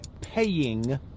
paying